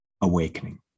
AWAKENING